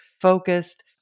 focused